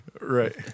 Right